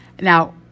now